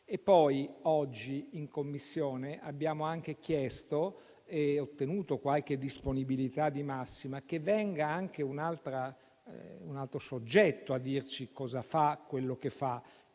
Oggi in Commissione abbiamo anche chiesto e ottenuto qualche disponibilità di massima che venga anche un altro soggetto a dirci cosa fa: il Garante